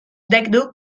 dekdu